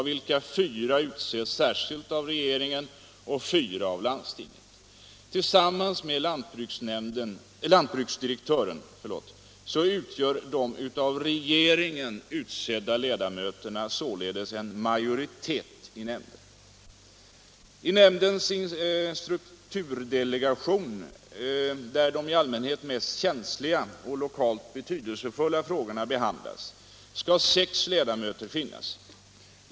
I nämndens strukturdelegation, där de i allmänhet mest känsliga och lokalt mest betydelsefulla frågorna behandlas, skall det finnas sex ledamöter.